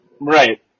right